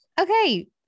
Okay